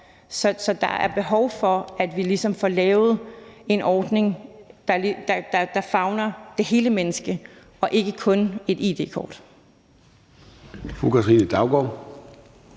ligesom et behov for, at vi får lavet en ordning, der favner det hele menneske, og ikke kun et id-kort.